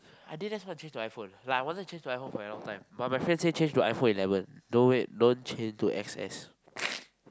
I think that's why I change to iPhone like I wanted to change to iPhone for a very long time but my friend said change to iPhone eleven don't wait don't change to X_S